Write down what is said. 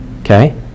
Okay